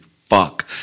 fuck